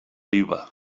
viva